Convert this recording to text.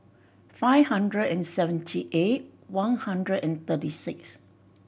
five hundred and seventy eight one hundred and thirty six